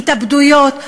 התאבדויות,